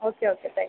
okay okay thank you